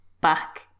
back